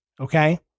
Okay